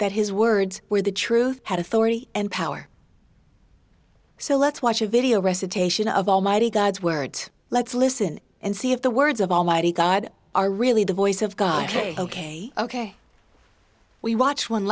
that his words were the truth had authority and power so let's watch a video recitation of almighty god's word let's listen and see if the words of almighty god are really the voice of god ok ok we watch one